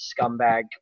scumbag